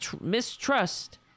mistrust